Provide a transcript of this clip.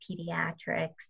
pediatrics